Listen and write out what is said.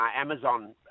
Amazon